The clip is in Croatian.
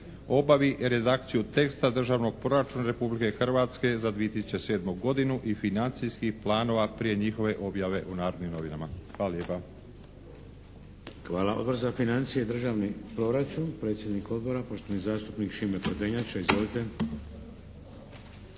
obavi redakciju teksta Državnog proračuna Republike Hrvatske za 2007. godinu i financijskih planova prije njihove objave u "Narodnim novinama". Hvala lijepa.